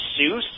Seuss